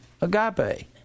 agape